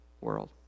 world